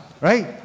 right